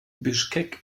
bischkek